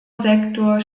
sektor